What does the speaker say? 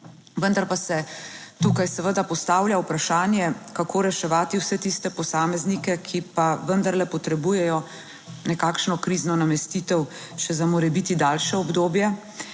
vendar pa se tukaj seveda postavlja vprašanje, kako reševati vse tiste posameznike, ki pa vendarle potrebujejo nekakšno krizno namestitev še za morebiti daljše obdobje.